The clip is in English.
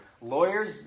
Lawyers